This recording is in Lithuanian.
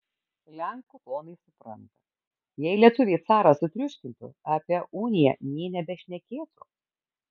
lenkų ponai supranta jei lietuviai carą sutriuškintų apie uniją nė nebešnekėtų